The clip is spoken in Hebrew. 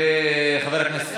וחבר הכנסת